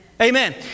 Amen